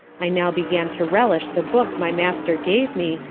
i now began to relish the book my master gave me,